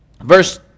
verse